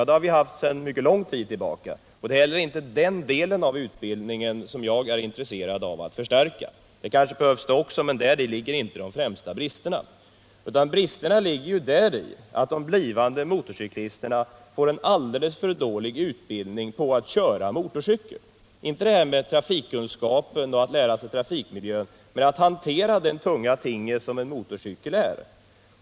Den har vi haft sedan lång tid tillbaka, och det är inte heller den delen av utbildningen som jag är intresserad av att förstärka — det kanske också behövs, men där ligger inte de främsta bristerna. Bristerna består i att de blivande motorcyklisterna får en alldeles för dålig utbildning på att köra motorcykel — inte detta med trafikkunskap och att lära sig trafikmiljön men att hantera den tunga tingest som en motorcykel är.